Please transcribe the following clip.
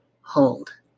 hold